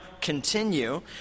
continue